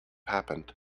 happened